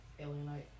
alienite